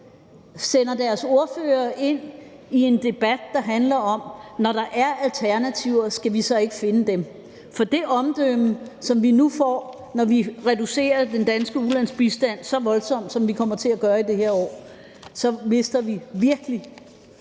her, deres ordførere ind i en debat, der handler om, om vi ikke, når der er alternativer, så skal finde dem. For når vi nu reducerer den danske ulandsbistand så voldsomt, som vi kommer til at gøre det i det her år, mister vi virkelig